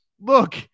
look